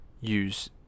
use